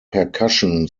percussion